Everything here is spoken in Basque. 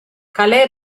kale